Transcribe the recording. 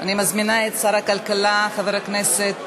אני מזמינה את שר הכלכלה חבר הכנסת